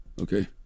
Okay